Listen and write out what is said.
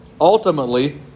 Ultimately